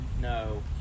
No